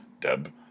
Deb